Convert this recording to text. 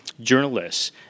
journalists